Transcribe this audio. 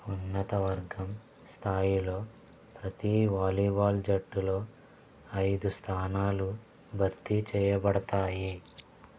ఉన్నత వర్గం స్థాయిలో ప్రతి వాలీబాల్ జట్టులో ఐదు స్థానాలు భర్తీ చేయబడతాయి